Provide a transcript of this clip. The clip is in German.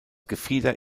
gefieder